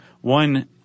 one